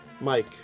Mike